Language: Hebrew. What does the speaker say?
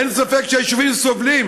אין ספק שהיישובים סובלים.